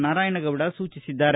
ನಾರಾಯಣಗೌಡ ಸೂಚಿಸಿದ್ದಾರೆ